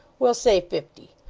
well, say fifty.